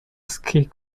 ski